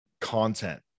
content